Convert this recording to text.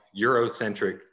Eurocentric